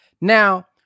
Now